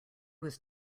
was